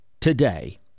today